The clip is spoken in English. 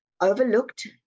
overlooked